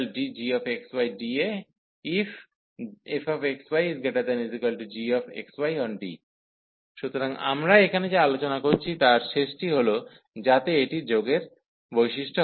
∬DfxydA∬DgxydAiffxy≥gxyonD সুতরাং আমরা এখানে যা আলোচনা করছি তার শেষটি হল যাতে এটি যোগের বৈশিষ্ট্য হয়